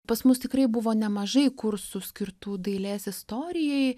pas mus tikrai buvo nemažai kursų skirtų dailės istorijai